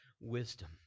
wisdom